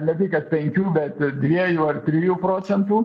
ne tik kad penkių bet dviejų ar trijų procentų